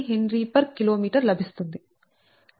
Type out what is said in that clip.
0987 mHkm లభిస్తుంది